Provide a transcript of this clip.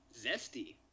zesty